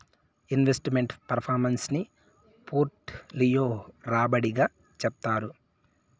invest meant performance ని portfolio రాబడి గా చెప్తారు